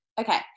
Okay